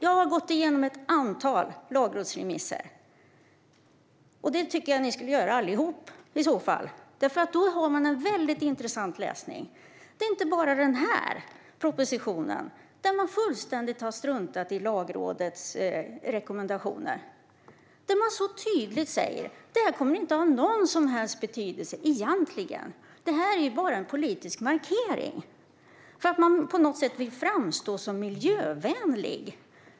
Jag har gått igenom ett antal lagrådsremisser, och det tycker jag att ni skulle göra allihop, Lorentz. Det är nämligen väldigt intressant läsning. Det är inte bara när det gäller den här propositionen som man har fullständigt struntat i Lagrådets rekommendationer - där det tydligt sägs att detta egentligen inte kommer att ha någon som helst betydelse utan bara är en politisk markering för att man på något sätt vill framstå som miljövänlig.